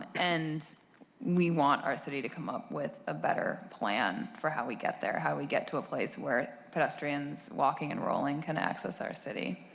and we want our city to come up with a better plan for how we get there. we get to a place where pedestrians walking and rolling can access our city.